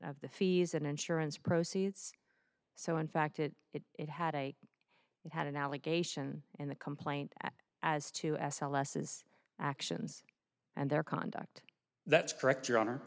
of the fees and insurance proceeds so in fact it it had a had an allegation in the complaint as to s l s is actions and their conduct that's correct your honor